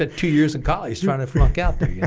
ah two years in college trying to flunk out there yeah